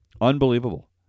Unbelievable